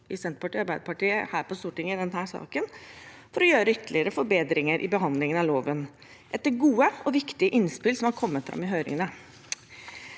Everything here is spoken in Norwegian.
i Senterpartiet og Arbeiderpartiet på Stortinget i denne saken, for å gjøre ytterligere forbedringer i behandlingen av loven, etter gode og viktige innspill som har kommet fram i høringene.